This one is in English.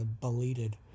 belated